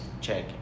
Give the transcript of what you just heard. check